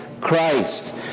Christ